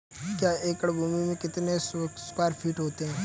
एक एकड़ भूमि में कितने स्क्वायर फिट होते हैं?